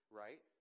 right